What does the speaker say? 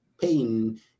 pain